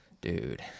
dude